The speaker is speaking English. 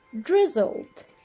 drizzled